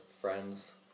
friends